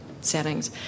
settings